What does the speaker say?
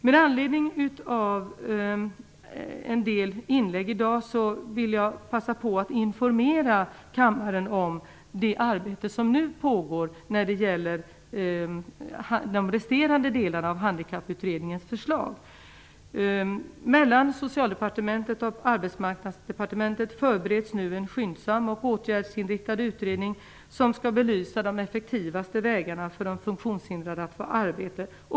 Med anledning av en del inlägg i dag vill jag passa på att informera kammaren om det arbete som nu pågår när det gäller de resterande delarna av Arbetsmarknadsdepartementet förbereds nu en skyndsam och åtgärdsinriktad utredning som skall belysa de effektivaste vägarna för de funktionshindrade att få arbete.